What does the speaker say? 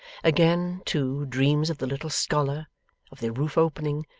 again, too, dreams of the little scholar of the roof opening,